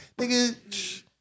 nigga